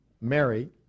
Mary